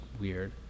weird